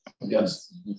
Yes